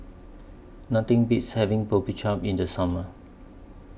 Nothing Beats having Boribap in The Summer